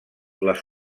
les